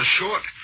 short